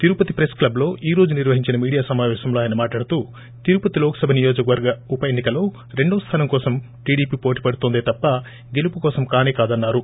తిరుపతి ప్రెస్క్లబ్లో ఈరోజు నిర్వహించిస్త మీడియా సమావేశంలో ఆయన మాట్లాడుతూ తిరుపతి లోక్సభ నియోజకవర్గ ఉప ఎన్నికలో రెండోస్లానం కోసం టీడీపీ పోటీపడుతోందే తప్పా గెలుపు కోసం కానేకాదన్నారు